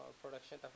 production